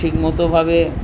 ঠিকমতোভাবে